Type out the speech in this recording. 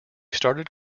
started